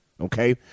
okay